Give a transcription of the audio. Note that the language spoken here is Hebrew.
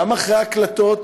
גם אחרי ההקלטות